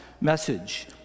message